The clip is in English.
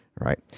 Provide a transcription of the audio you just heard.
Right